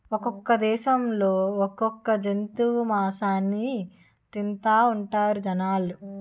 ఒక్కొక్క దేశంలో ఒక్కొక్క జంతువు మాసాన్ని తింతాఉంటారు జనాలు